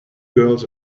girls